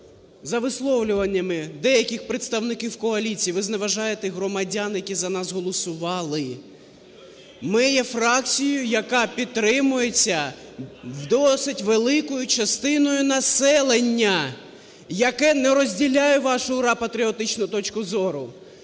за висловлюваннями деяких представників коаліції, ви зневажаєте громадян, які за нас голосували. Ми є фракцією, яка підтримується досить великою частиною населення, яке не розділяє вашу ура-патріотичну точку зору.